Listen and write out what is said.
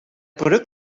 product